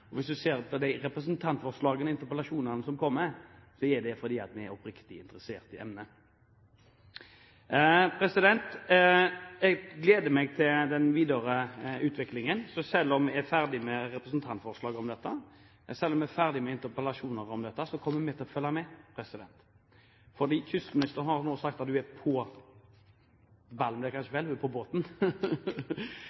Hvis man ser på de representantforslagene og interpellasjonene som kommer, kommer de fordi vi er oppriktig interessert i emnet. Jeg gleder meg til den videre utviklingen. Så selv om vi er ferdig med representantforslag om dette, selv om vi er ferdig med interpellasjoner om dette, kommer vi til å følge med. Kystministeren har sagt at hun er på – ballen er kanskje